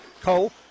Cole